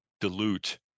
dilute